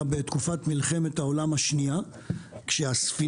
הייתה בתקופת מלחמת העולם השנייה כשהספינות